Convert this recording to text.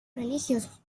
religiosos